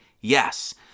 Yes